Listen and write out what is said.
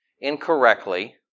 incorrectly